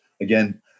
again